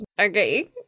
Okay